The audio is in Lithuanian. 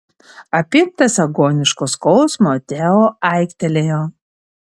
apimtas agoniško skausmo teo aiktelėjo